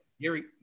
Gary